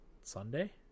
Sunday